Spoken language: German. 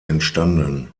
entstanden